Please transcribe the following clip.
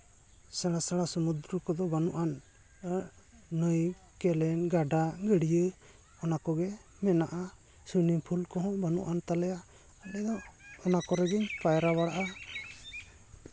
ᱥᱮᱬᱟ ᱥᱮᱬᱟ ᱥᱚᱢᱩᱫᱨᱩ ᱠᱚᱫᱚ ᱵᱟᱹᱱᱩᱜᱼᱟᱱ ᱱᱟᱹᱭ ᱠᱮᱱᱮᱞ ᱜᱟᱰᱟ ᱜᱟᱹᱰᱭᱟᱹ ᱚᱱᱟ ᱠᱚᱜᱮ ᱢᱮᱱᱟᱜᱼᱟ ᱥᱮ ᱱᱤᱭᱟᱹ ᱯᱷᱩᱞ ᱠᱚᱦᱚᱸ ᱵᱟᱹᱱᱩᱜᱼᱟᱱ ᱛᱟᱞᱮᱭᱟ ᱟᱞᱮᱭᱟᱜ ᱚᱱᱟ ᱠᱚᱨᱮ ᱜᱤᱧ ᱯᱟᱭᱨᱟ ᱵᱟᱲᱟᱜᱼᱟ